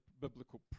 biblical